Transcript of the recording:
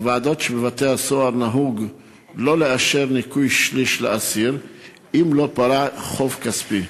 בוועדות שבבתי-הסוהר נהוג לא לאשר ניכוי שליש לאסיר אם לא פרע חוב כספי.